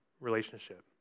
relationship